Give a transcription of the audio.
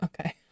Okay